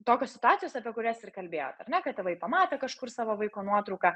tokios situacijos apie kurias ir kalbėjot ar ne kad tėvai pamatė kažkur savo vaiko nuotrauką